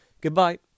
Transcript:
Goodbye